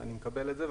אני מקבל את זה.